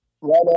right